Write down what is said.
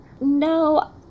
No